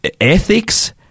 ethics